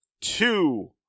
two